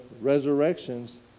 resurrections